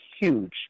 huge